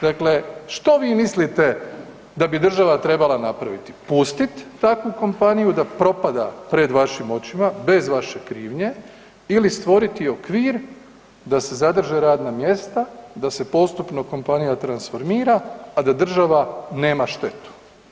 Dakle, što vi mislite da bi država trebala napraviti, pustit takvu kompaniju da propada pred vašim očima bez vaše krivnje ili stvoriti okvir da se zadrže radna mjesta i da se postupno kompanija transformira, a da država nema štetu?